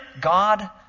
God